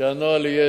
שהנוהל יהיה